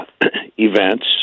events